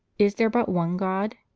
is there but one god?